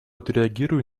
отреагирую